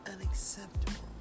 unacceptable